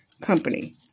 company